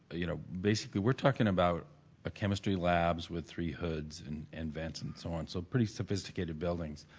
you know, basically, we're talking about ah chemistry labs with three hoods and and vents and so on. so, pretty sophisticated buildings.